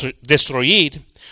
destruir